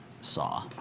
Saw